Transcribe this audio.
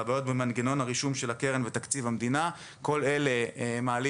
והבעיות במנגנון הרישום של הקרן ותקציב המדינה כל אלה מעלים